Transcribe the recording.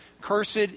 cursed